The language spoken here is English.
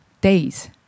days